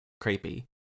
creepy